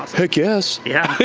heck yes. yeah